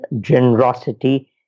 generosity